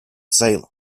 salem